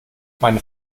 meine